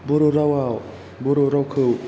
बर' रावाव बर' रावखौ